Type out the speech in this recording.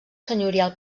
senyorial